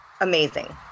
Amazing